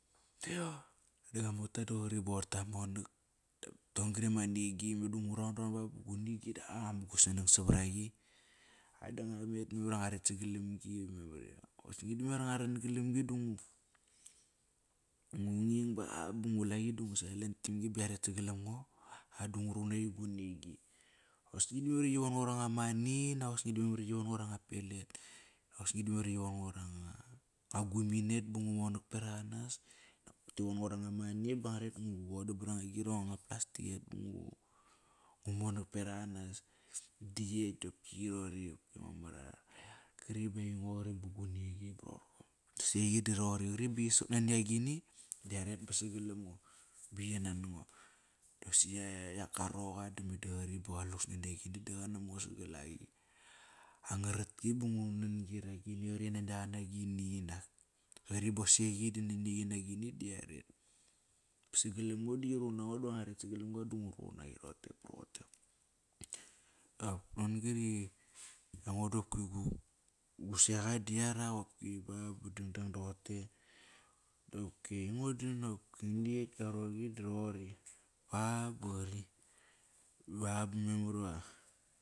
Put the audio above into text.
Gua mota da qari ba qoir ta monak, ton-gri ama ngi meda ngu raunraun ba bama ngi da ngu mugusanang savar aqi. Memar iva nguamet sagalam gi. Osni da memar iva ngua ran galam-gi dungu ngu nging ba, ba ngula qi da ngu silentim gi ba yaret sagalam ngo. A da nguruqunaqi gu nigi. Osni di memar iva qi von-ngo ranga moni inak osni da memar iva qi von-ngo ranga pelet. Osni da memar iva qi von-ngo ra nga guminet ba ngu monak berak anas. Kti von-ngo rama money ba ngua ret ngu vodam bragirong nga plastiket ngu monak berak anas. Di ekt dap ki qi roqori ama mar ara yar. Kri ba aingo qari ba gu nigi ba rorko. Dasi eiqi da roqori. Wari ba qi sot nani agini da yaret ba sagalam ngo. Ba qi nan ngo. Do qosi iak go roqa da meda qari qa lus nani agini da qanam ngo sagal angrakti bu ngunan gi ra gini qari nani aqa na gini nak. Qari bosi eiqi di nani aqi na gini di yaret sagalam ngo do qi ruqun nango da ngua ret sagalam ga da nguruqun naqa, roqote ba roqote. Ron-gri aingo do gu seqa da yarak ba, ba dangdang doqote Nguna ekt go roqi da roqori ba, ba mamar va.